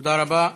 תודה רבה.